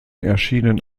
erschienen